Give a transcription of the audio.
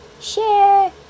share